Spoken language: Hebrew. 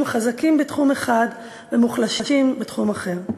חזקים בתחום אחד ומוחלשים בתחום אחר.